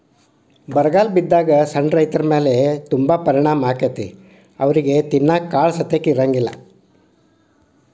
ಬರಗಾಲ ಬಿದ್ದಾಗ ಸಣ್ಣ ರೈತರಮೇಲೆ ತುಂಬಾ ಪರಿಣಾಮ ಅಕೈತಿ ಅವ್ರಿಗೆ ತಿನ್ನಾಕ ಕಾಳಸತೆಕ ಇರುದಿಲ್ಲಾ